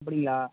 அப்படிங்களா